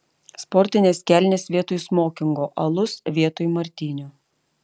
sportinės kelnės vietoj smokingo alus vietoj martinio